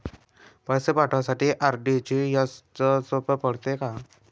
पैसे पाठवासाठी आर.टी.जी.एसचं सोप पडते का?